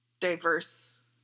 diverse